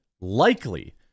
likely